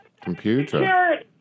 Computer